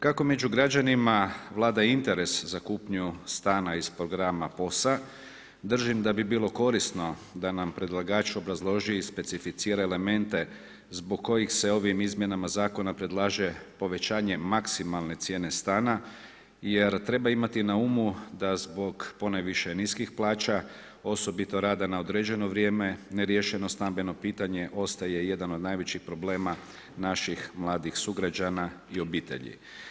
Kako među građanima vlada interes za kupnju stanja iz programa POS-a, držim da bi bilo korisno da nam predlagač obrazloži i specificira elemente, zbog kojih se ovim izmjenama zakona predlaže povećanje maksimalne cijene stana, jer treba imati na umu da zbog ponajviše niskih plaća, osobito rada na određeno vrijeme neriješeno stambeno pitanje ostaje jedan od najvećih probama naših mladih sugrađana i obitelji.